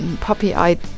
puppy-eyed